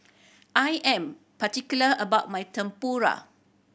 I am particular about my Tempura